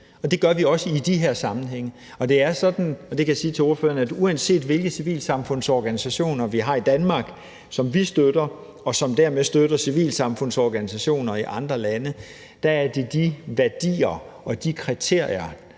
det gør vi også i de her sammenhænge. Og det er sådan, og det kan jeg sige til ordføreren, at uanset hvilke civilsamfundsorganisationer vi har i Danmark, som vi støtter, og som dermed støtter civilsamfundsorganisationer i andre lande, er det de værdier og de kriterier,